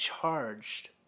charged